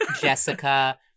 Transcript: Jessica